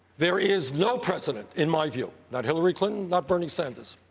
there is no president, in my view, not hillary clinton, not bernie sanders,